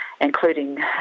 including